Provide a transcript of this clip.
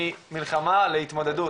מ'מלחמה' ל'התמודדות'.